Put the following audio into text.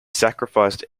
sacrificed